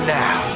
now